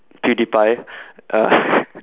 pewdiepie uh